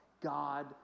God